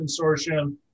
consortium